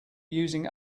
using